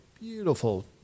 beautiful